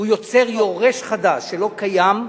הוא יוצר יורש חדש, שלא קיים.